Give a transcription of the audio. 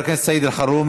חבר הכנסת סעיד אלחרומי,